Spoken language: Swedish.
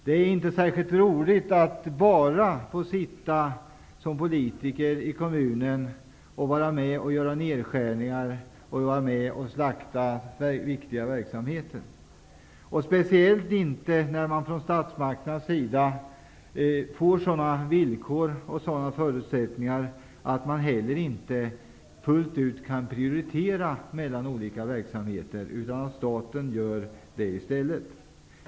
Det är inte särskilt roligt att som politiker i en kommun bara vara med om att göra nedskärningar och slakta viktiga verksamheter -- speciellt inte när man från statsmakternas sida får sådana villkor och förutsättningar att det inte går att fullt ut prioritera mellan olika verksamheter, utan det blir staten som gör det.